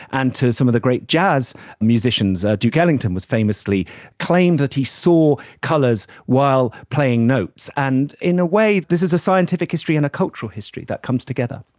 and to some of the great jazz musicians duke ellington famously claimed that he saw colours while playing notes. and in a way this is a scientific history and a cultural history that comes together.